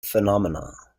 phenomena